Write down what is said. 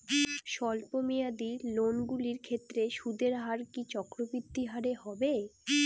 স্বল্প মেয়াদী লোনগুলির ক্ষেত্রে সুদের হার কি চক্রবৃদ্ধি হারে হবে?